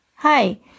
Hi